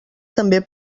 també